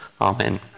amen